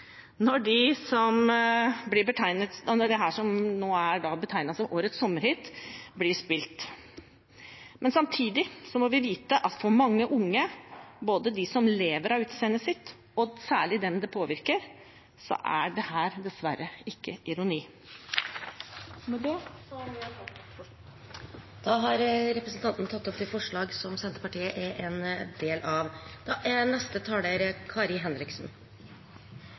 når dette som nå blir betegnet som årets sommerhit, blir spilt. Men samtidig må vi vite at for mange unge, både de som lever av utseendet sitt og særlig dem det påvirker, er dette dessverre ikke ironi. Med det vil jeg ta opp de forslagene Senterpartiet er med på. Representanten Åslaug Sem-Jacobsen har tatt opp de forslagene hun refererte til. Først takk til SV for å ha reist denne saken. Det er